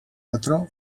patró